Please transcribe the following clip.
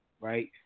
Right